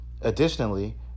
Additionally